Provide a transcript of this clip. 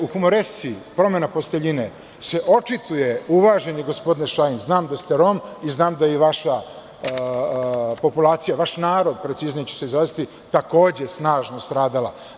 U humoresci „Promena posteljine“ se očituje, uvaženi gospodine Šajn, znam da ste Rom i znam da je i vaša populacija, vaš narod, preciznije ću se izraziti, takođe snažno stradala.